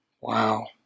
Wow